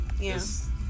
Yes